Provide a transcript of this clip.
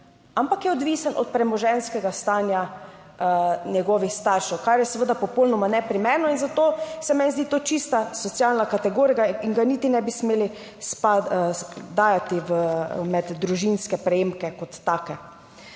ampak je odvisen od premoženjskega stanja njegovih staršev, kar je seveda popolnoma neprimerno in zato se meni zdi to čista socialna kategorija in ga niti ne bi smeli spada..., dajati med družinske prejemke kot take.